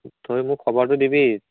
তই মোক খবৰটো দিবি